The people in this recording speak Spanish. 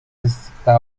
está